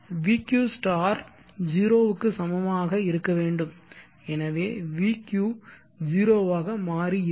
Vq 0 க்கு சமமாக இருக்க வேண்டும் எனவே vq 0 ஆக மாறி இருக்கும்